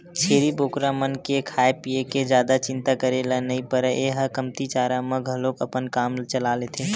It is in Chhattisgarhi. छेरी बोकरा मन के खाए पिए के जादा चिंता करे ल नइ परय ए ह कमती चारा म घलोक अपन काम चला लेथे